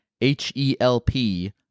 H-E-L-P